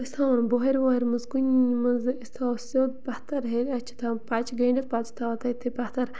أسۍ تھاوو نہٕ بۄہرِ وۄہرِ منٛز کُنہِ منٛز نہٕ أسۍ تھاوو سیوٚد پَتھَر ہیٚرِ اَسہِ چھِ تھاوان پچہِ گٔنٛڈِتھ پتہٕ چھِ تھاوان تٔتھی پَتھَر